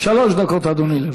שלוש דקות לרשותך.